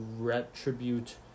retribute